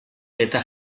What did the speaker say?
eta